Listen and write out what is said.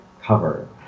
cover